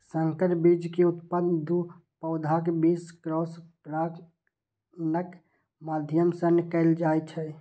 संकर बीज के उत्पादन दू पौधाक बीच क्रॉस परागणक माध्यम सं कैल जाइ छै